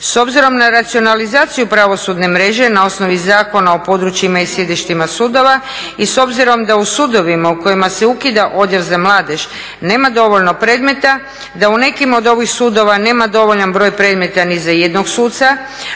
S obzirom na racionalizaciju pravosudne mreže na osnovi Zakona o područjima i sjedištima sudova i s obzirom da u sudovima u kojima se ukida odjel za mladež nema dovoljno predmeta, da u nekim od ovih sudova nema dovoljan broj predmeta ni za jednog suca